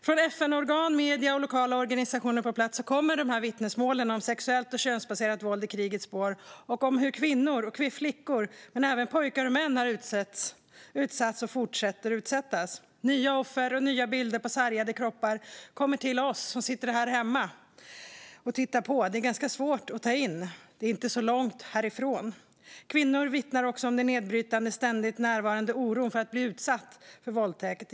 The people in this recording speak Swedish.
Från FN-organ, medier och lokala organisationer på plats kommer vittnesmål om sexuellt och könsbaserat våld i krigets spår och om hur kvinnor och flickor men även pojkar och män har utsatts och fortsätter att utsättas. Nya offer och nya bilder på sargade kroppar kommer till oss som sitter här hemma och tittar på. Det är ganska svårt att ta in. Det är inte så långt härifrån. Kvinnor vittnar också om en nedbrytande, ständigt närvarande oro för att bli utsatt för våldtäkt.